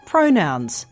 pronouns